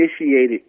initiated